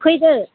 फैदो